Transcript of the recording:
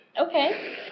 Okay